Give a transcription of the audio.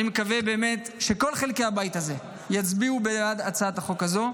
אני מקווה באמת שכל חלקי הבית הזה יצביעו בעד הצעת החוק הזו.